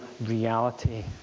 reality